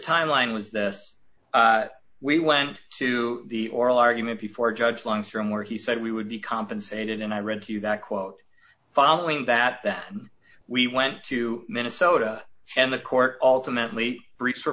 timeline was this we went to the oral argument before judge long from where he said we would be compensated and i read to you that quote following that then we went to minnesota and the court ultimately briefs are